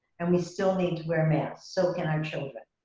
and we still need to wear masks. so can our children.